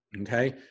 Okay